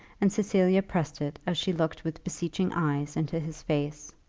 and cecilia pressed it as she looked with beseeching eyes into his face.